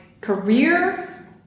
career